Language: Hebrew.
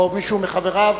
או מישהו מחבריו?